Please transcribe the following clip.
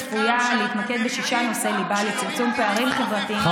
הצפויה להתמקד בשישה נושאי ליבה לצמצום פערים חברתיים,